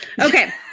Okay